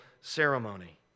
ceremony